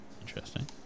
interesting